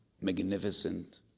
magnificent